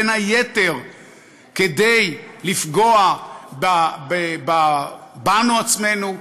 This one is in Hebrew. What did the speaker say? בין היתר כדי לפגוע בנו עצמנו,